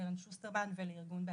לקרן שוסטרמן ולארגון "בעצמי".